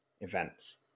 events